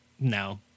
No